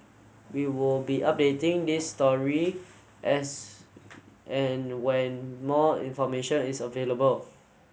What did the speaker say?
we will be updating this story as and when more information is available